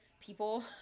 people